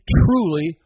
truly